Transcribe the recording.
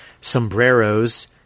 sombreros